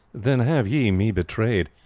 then have ye me betrayed.